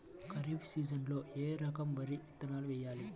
ఖరీఫ్ సీజన్లో ఏ రకం వరి విత్తనాలు వేయాలి?